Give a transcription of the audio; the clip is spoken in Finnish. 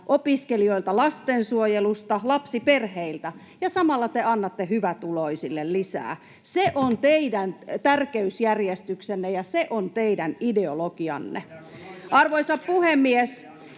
opiskelijoilta, lastensuojelusta, lapsiperheiltä — ja samalla te annatte hyvätuloisille lisää. Se on teidän tärkeysjärjestyksenne, ja se on teidän ideologianne. [Ben